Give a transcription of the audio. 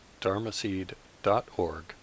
dharmaseed.org